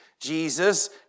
Jesus